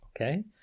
Okay